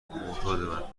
معتاد